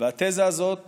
התזה הזאת